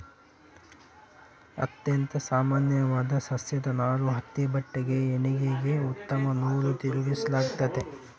ಅತ್ಯಂತ ಸಾಮಾನ್ಯವಾದ ಸಸ್ಯದ ನಾರು ಹತ್ತಿ ಬಟ್ಟೆಗೆ ಹೆಣಿಗೆಗೆ ಉತ್ತಮ ನೂಲು ತಿರುಗಿಸಲಾಗ್ತತೆ